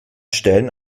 stellen